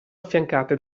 affiancate